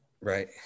Right